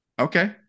Okay